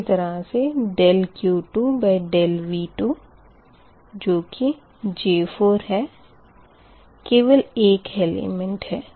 इसी तरह से dQ2dV2 जो की J4 है केवल एक एलिमेंट है